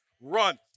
run